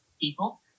people